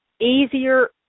easier